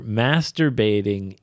masturbating